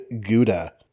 gouda